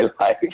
life